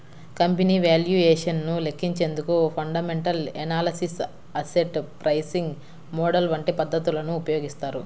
company valuation ను లెక్కించేందుకు fundamental analysis, asset pricing model వంటి పద్ధతులను ఉపయోగిస్తారు